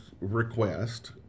request